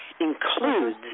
includes